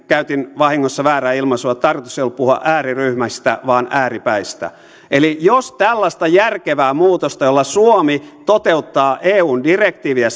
käytin vahingossa väärää ilmaisua tarkoitus ei ollut puhua ääriryhmistä vaan ääripäistä eli jos tällaista järkevää muutosta jolla suomi toteuttaa eun direktiiviä